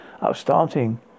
upstarting